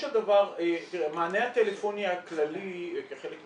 במרכז סיוע הייתה לי פה